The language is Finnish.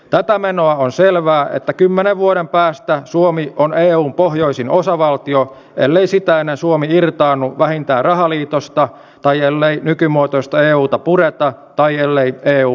tätä menoa on selvää että kymmenen vuoden päästä suomi on eun pohjoisin osavaltio ellei sitä ennen suomi irtaannu vähintään rahaliitosta tai ellei nykymuotoista euta pureta tai ellei eu hajoa